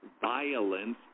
violence